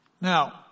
Now